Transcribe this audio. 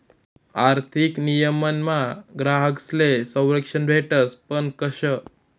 आर्थिक नियमनमा ग्राहकस्ले संरक्षण भेटस पण कशं